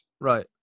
right